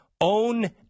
own